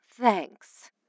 Thanks